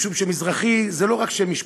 משום שמזרחי זה לא רק שם משפחה.